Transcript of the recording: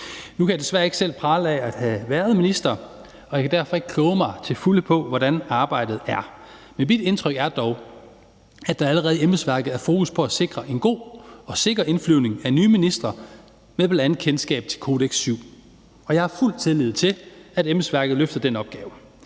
Nu kan jeg desværre ikke selv prale af at have været minister, og jeg kan derfor ikke kloge mig til fulde på, hvordan arbejdet er. Men mit indtryk er dog, at der allerede i embedsværket er fokus på at sikre en god og sikker indflyvning af nye ministre med bl.a. kendskab til »Kodex VII«, og jeg har fuld tillid til, at embedsværket løfter den opgave.